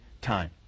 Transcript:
time